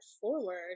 forward